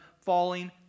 falling